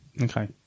okay